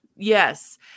Yes